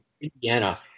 Indiana